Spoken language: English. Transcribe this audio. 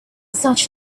such